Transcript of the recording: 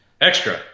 Extra